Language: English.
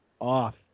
off